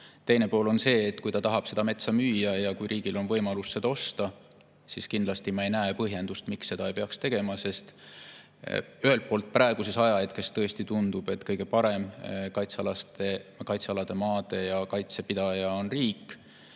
Teine pool on see, et kui ta tahab seda metsa müüa ja kui riigil on võimalus seda osta, siis kindlasti ei näe ma põhjust, miks seda ei peaks tegema. Ühelt poolt praeguses ajahetkes tõesti tundub, et kõige parem kaitsealuste maade [haldaja] on riik.